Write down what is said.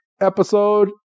episode